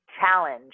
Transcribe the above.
challenge